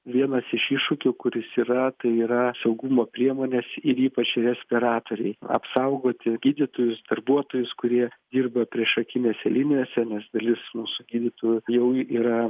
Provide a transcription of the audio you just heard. vienas iš iššūkių kuris yra tai yra saugumo priemonės ir ypač respiratoriai apsaugoti gydytojus darbuotojus kurie dirba priešakinėse linijose nes dalis mūsų gydytojų jau yra